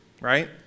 right